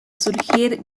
surgir